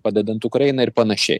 padedant ukrainai ir panašiai